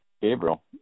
Gabriel